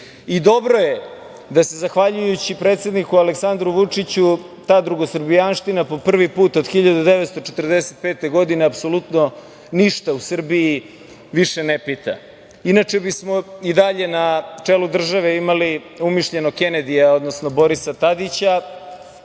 je da se zahvaljujući predsedniku Aleksandru Vučiću ta drugosrbijanština prvi put od 1945. godine apsolutno ništa u Srbiji više ne pita, inače bismo i dalje na čelu države imali umišljenog Kenedija, odnosno Borisa Tadića,